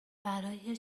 برای